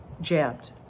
jabbed